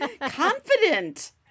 confident